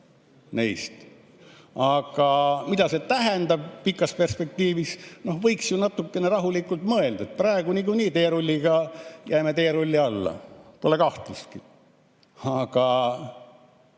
Aga mida see tähendab pikas perspektiivis? Noh, võiks ju natukene rahulikult mõelda. Praegu niikuinii jääme teerulli alla, pole kahtlustki. Aga